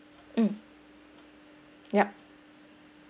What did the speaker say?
mm yup